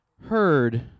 heard